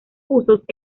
usos